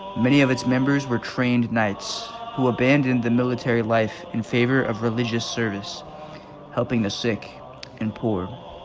many of its members were trained knights who abandoned the military life in favor of religious service helping the sick and poor.